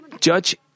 judge